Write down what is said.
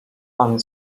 pan